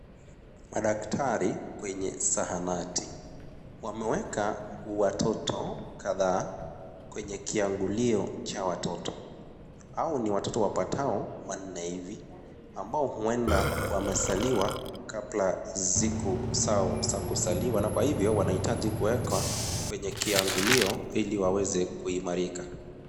Madaktari kwenye zahanati